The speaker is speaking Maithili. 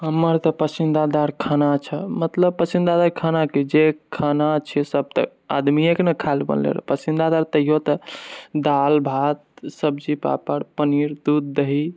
हमर तऽ पसन्दीदा खाना छै मतलब पसन्दीदा खाना कि जे खाना छिए सब त आदमीएकेँ खाएले नहि बनलै हँ पसन्दीदा तैयो तऽ दाल भात सब्जी पापड़ पनीर दूध दही